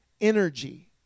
energy